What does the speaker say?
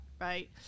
right